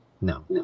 No